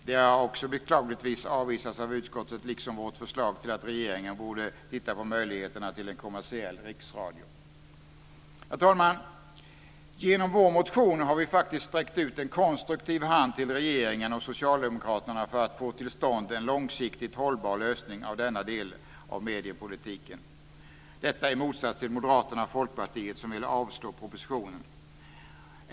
Detta förslag har beklagligtvis avvisats av utskottet liksom vårt förslag att regeringen borde titta på möjligheterna till en kommersiell riksradio. Herr talman! Genom vår motion har vi faktiskt sträckt ut en konstruktiv hand till regeringen och Socialdemokraterna för att få till stånd en långsiktigt hållbar lösning av denna del av mediepolitiken - detta i motsats till Moderaterna och Folkpartiet som vill avslå propositionen.